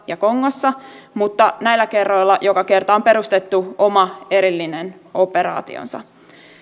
ja kongossa mutta näillä kerroilla joka kerta on perustettu oma erillinen operaationsa